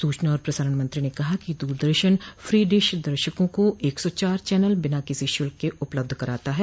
सूचना और प्रसारण मंत्री ने कहा कि दूरदर्शन फ्री डिश दर्शकों को एक सौ चार चैनल बिना किसी शुल्क के उपलब्ध कराता है